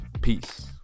Peace